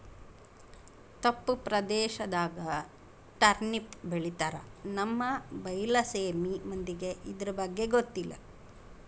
ತಪ್ಪು ಪ್ರದೇಶದಾಗ ಟರ್ನಿಪ್ ಬೆಳಿತಾರ ನಮ್ಮ ಬೈಲಸೇಮಿ ಮಂದಿಗೆ ಇರ್ದಬಗ್ಗೆ ಗೊತ್ತಿಲ್ಲ